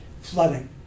Flooding